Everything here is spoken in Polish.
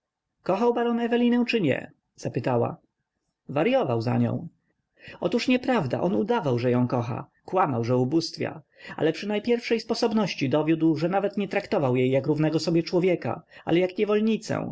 kochał baron ewelinę czy nie zapytała waryował za nią otóż nieprawda on udawał że ją kochał kłamał że ubóstwia ale przy najpierwszej sposobności dowiódł że nawet nie traktował jej jak równego sobie człowieka ale jak